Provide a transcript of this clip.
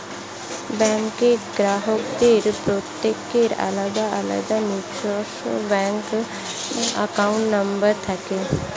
ব্যাঙ্কের গ্রাহকদের প্রত্যেকের আলাদা আলাদা নিজস্ব ব্যাঙ্ক অ্যাকাউন্ট নম্বর থাকে